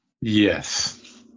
Yes